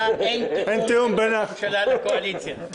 שאין תיאום בין ראש הממשלה לקואליציה.